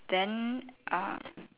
then uh